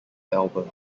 albums